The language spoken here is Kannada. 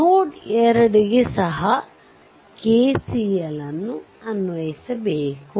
ನೋಡ್ 2 ಗೆ ಸಹ KCL ಅನ್ವಯಿಸಿಬೇಕು